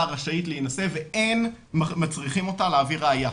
רשאית להינשא ואין מצריכים אותה להביא ראייה.